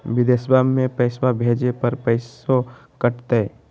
बिदेशवा मे पैसवा भेजे पर पैसों कट तय?